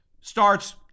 starts